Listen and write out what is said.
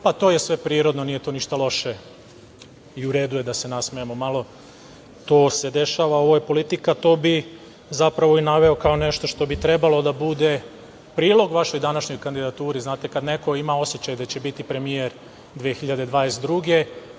To je sve prirodno i nije to ništa loše i u redu je da se nasmejemo malo. To se dešava. Ovo je politika. To bi zapravo i naveo kao nešto što bi trebalo da bude prilog vašoj današnjoj kandidaturi. Znate, kada neko ima osećaj da će biti premijer 2022.